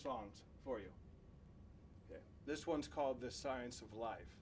songs for you this one's called the science of life